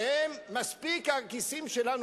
שמספיק הכיסים שלנו,